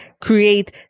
create